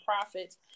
profits